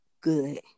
good